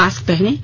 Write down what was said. mask पहनें